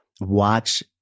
watch